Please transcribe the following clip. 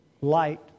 light